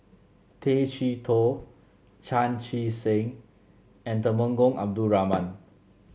Tay Chee Toh Chan Chee Seng and Temenggong Abdul Rahman